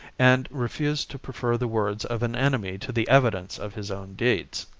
and refuse to prefer the words of an enemy to the evidence of his own deeds.